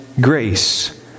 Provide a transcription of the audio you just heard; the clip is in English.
grace